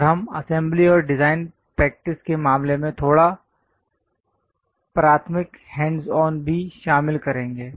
और हम असेंबली और डिजाइन प्रैक्टिस के मामले में थोड़ा प्राथमिक हैंड्स ऑन भी शामिल करेंगे